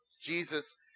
Jesus